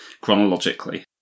chronologically